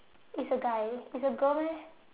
it's a guy it's a girl meh